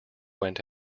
went